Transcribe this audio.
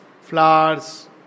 Flowers